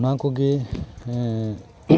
ᱱᱚᱣᱟ ᱠᱚᱜᱮ